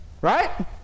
right